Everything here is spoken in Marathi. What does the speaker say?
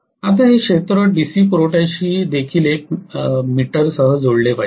आता हे क्षेत्र डीसी पुरवठ्याशी देखील एक मीटरसह जोडले पाहिजे